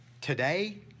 today